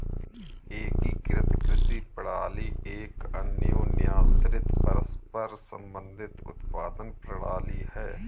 एकीकृत कृषि प्रणाली एक अन्योन्याश्रित, परस्पर संबंधित उत्पादन प्रणाली है